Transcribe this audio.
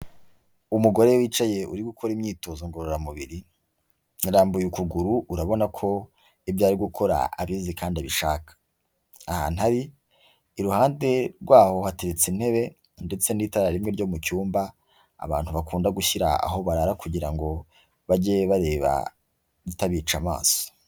Umugore wicaye uri gukora imyitozo ngororamubiri, arambuye ukuguru urabona ko ibyo ari gukora abizi kandi abishaka, ahantu ari iruhande rwaho hateretse intebe ndetse n'itara rimwe ryo mu cyumba abantu bakunda gushyira aho barara kugira ngo bajye bareba ritabica amaso.